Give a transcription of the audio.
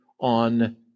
on